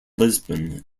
lisbon